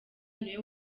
niwe